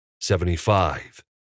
seventy-five